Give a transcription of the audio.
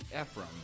Ephraim